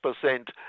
percent